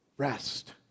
Rest